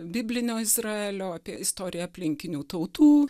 biblinio izraelio apie istoriją aplinkinių tautų